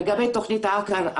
לגבי תוכנית העקר,